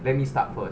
let me start first